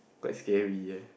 quite scary eh